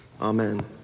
Amen